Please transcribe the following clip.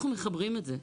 אנחנו מחברים את זה.